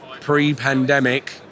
pre-pandemic